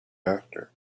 after